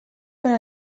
per